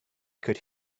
could